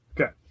Okay